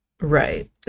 right